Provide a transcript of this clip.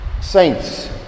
saints